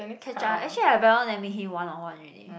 catch up actually I very long never meet him one on one already